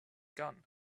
gun